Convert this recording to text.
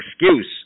excuse